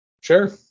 Sure